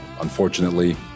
Unfortunately